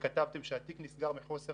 די אם נציג שבתוכנית החומש הבאה